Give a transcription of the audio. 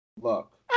Look